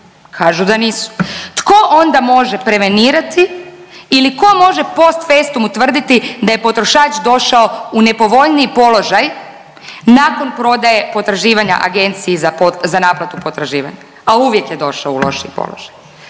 Kažu da nisu. Tko onda može prevenirati ili ko može post festum utvrditi da je potrošač došao u nepovoljniji položaj nakon prodaje potraživanja Agenciji za naplatu potraživanja, a uvijek je došao u lošiji položaj?